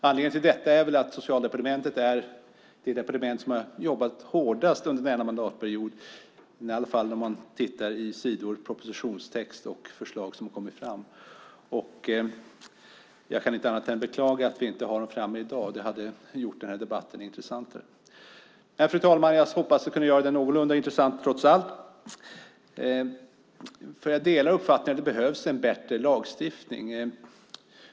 Anledningen är väl att Socialdepartementet är det departement som har jobbat hårdast under denna mandatperiod, i alla fall om man tittar på antal sidor propositionstext och förslag som lagts fram. Jag kan inte annat än beklaga att vi inte har dem framme i dag; det hade gjort debatten intressantare. Fru talman! Jag hoppas kunna göra debatten någorlunda intressant trots allt. Jag delar uppfattningen att det behövs en bättre lagstiftning.